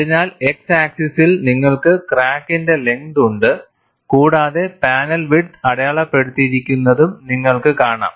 അതിനാൽ x ആക്സിസ്സിൽ നിങ്ങൾക്ക് ക്രാക്കിന്റെ ലെങ്ത് ഉണ്ട് കൂടാതെ പാനൽ വിഡ്ത് അടയാളപ്പെടുത്തിയിരിക്കുന്നതും നിങ്ങൾക്ക് കാണാം